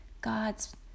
God's